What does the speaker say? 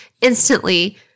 instantly